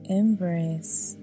embrace